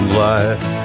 life